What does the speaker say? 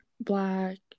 black